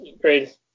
Great